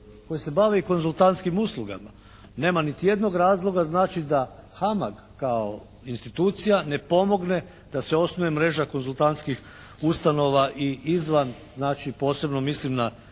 koje se bave i konzultantskim uslugama. Nema niti jednog razloga znači da HAMAG kao institucija ne pomogne d se osnuje mreža konzultantskih ustanova i izvan znači posebno mislim na